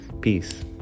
Peace